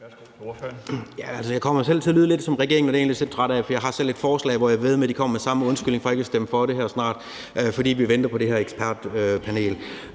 Jeg kommer til at lyde lidt som regeringen, og det er jeg egentlig lidt træt af, for jeg har selv et forslag, og jeg vil vædde med, at de kommer med den samme undskyldning for ikke at stemme for det, nemlig at vi venter på det her ekspertudvalg.